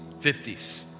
50s